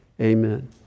amen